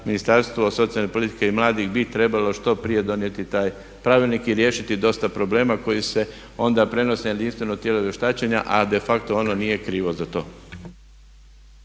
Ministarstvo socijalne politike i mladih bi trebalo što prije donijeti taj pravilnik i riješiti dosta problema koji se onda prenose na jedinstveno tijelo vještačenja a de facto ono nije krivo za to.